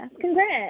congrats